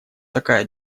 такая